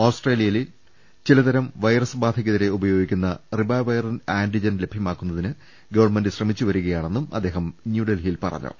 ഓസ്ട്രേലിയയിൽ ചിലതരം വൈറസ് ബാധക്കെതിരെ ഉപയോഗിക്കുന്ന റിബാവൈറിൻ ആന്റിജൻ ലഭ്യമാക്കുന്നതിന് ഗവൺമെന്റ് ശ്രമിച്ചുവരികയാ ണെന്നും അദ്ദേഹം ന്യൂഡൽഹിയിൽ പറഞ്ഞു